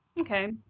Okay